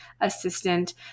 assistant